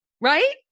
right